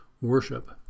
worship